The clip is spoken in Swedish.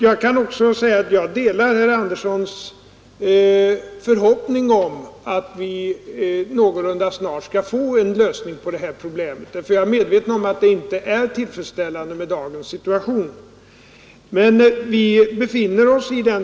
Jag kan också säga att jag delar herr Anderssons förhoppning att vi någorlunda snart skall få en lösning av detta problem; jag är medveten om att dagens situation inte är tillfredsställande.